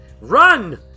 Run